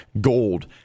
gold